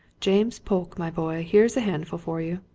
james polke, my boy, here's a handful for you!